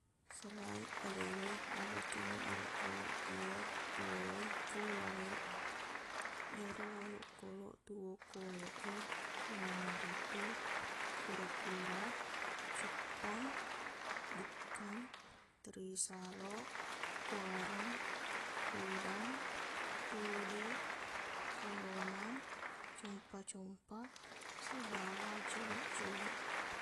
Selaik balewe aga, kengngeq olokkolok iya tuo e ko wae e. Ero olokkolok tuo ko wae e, iyanaritu kura-kura, cuppang, bukkang, teri saloq, puarang, udang, tude, kalomang, compa-compa, sibawa cumiq-cumiq.